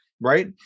right